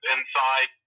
Inside